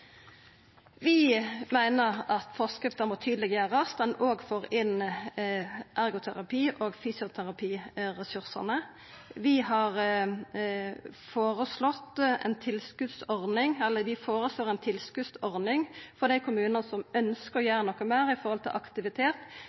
Vi meiner at forskrifta må tydeleggjerast, at ein òg får inn ergoterapi- og fysioterapiressursane. Vi føreslår ei tilskotsordning for dei kommunane som ønskjer å gjera noko meir når det gjeld aktivitet,